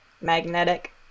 magnetic